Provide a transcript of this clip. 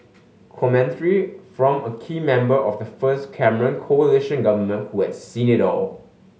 commentary from a key member of the first Cameron coalition government who had seen it all